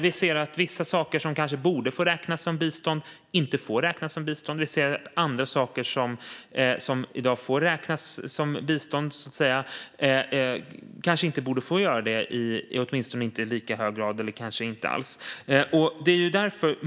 Vissa saker som borde få räknas som bistånd får inte räknas som bistånd, och andra saker som i dag får räknas som bistånd kanske inte borde få göra det - åtminstone inte i lika hög grad eller inte alls.